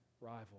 rival